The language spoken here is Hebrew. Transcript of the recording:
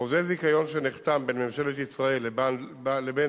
חוזה זיכיון שנחתם בין ממשלת ישראל לבין